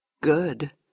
good